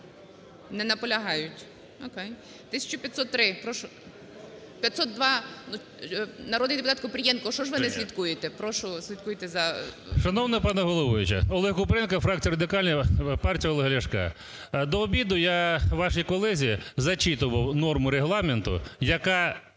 Не наполягають. 1503. Прошу… 1502. Народний депутат Купрієнко. Що ж ви не слідкуєте? Прошу, слідкуйте за… 16:37:28 КУПРІЄНКО О.В. Шановна пані головуюча! Олег Купрієнко, фракція Радикальної партії Олега Ляшка. До обіду я вашій колезі зачитував норму Регламенту, яка